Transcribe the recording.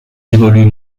évoluent